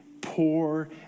poor